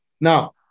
now